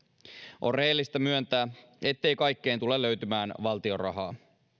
on rehellistä myöntää ettei kaikkeen tule löytymään valtion rahaa